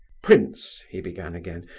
prince, he began again,